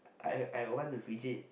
I I want to fidget